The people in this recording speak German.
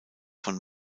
von